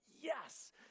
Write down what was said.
yes